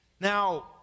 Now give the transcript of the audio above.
Now